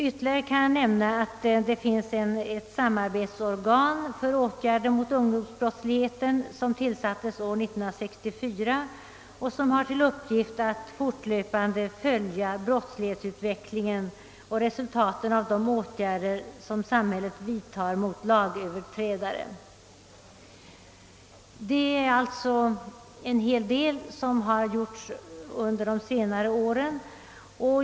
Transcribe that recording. Ytterligare kan jag nämna att det finns ett samarbetsorgan för åtgärder mot ungdomsbrottsligheten som tillsattes år 1964 och som har till uppgift att fortlöpande följa brottslighetsutvecklingen och resultaten av de åtgärder som samhället vidtar mot lagöverträdare. En hel del har alltså gjorts under de senare åren.